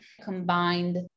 combined